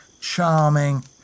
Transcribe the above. charming